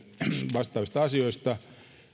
vastaavista asioista